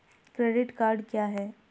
Credit card क्या है?